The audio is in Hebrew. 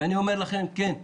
ואני אומר לכם: כן,